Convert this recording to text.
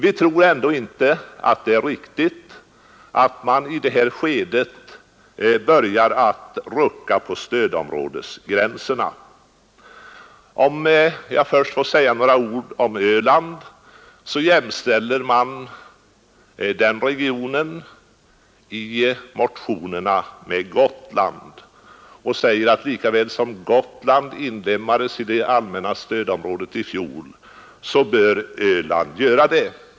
Vi tror ändå inte att det är riktigt att i det här skedet börja rucka på stödområdesgränserna. I motionerna jämställer man Öland med Gotland och säger, att likaväl som Gotland inlemmades i det allmänna stödområdet i fjol så bör Öland göra det.